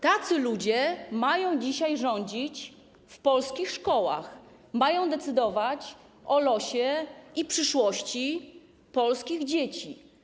Tacy ludzie mają dzisiaj rządzić w polskich szkołach, mają decydować o losie i przyszłości polskich dzieci.